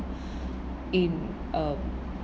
in um